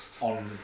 on